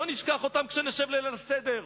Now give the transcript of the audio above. לא נשכח אותם כשנשב לליל-הסדר.